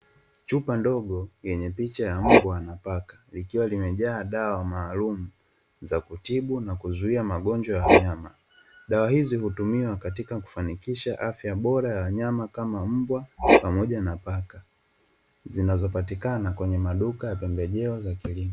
Chupa ndogo yenye picha ya mbwa na paka likiwa limejaa dawa maalumu za kutibu na kuzuia magonjwa ya wanyama. Dawa hizi hutumiwa katika kufanikisha afya bora ya wanyama kama mbwa pamoja na paka, zinazopatikana kwenye maduka ya pembejeo za kilimo.